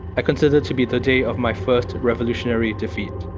i consider to be the day of my first revolutionary defeat.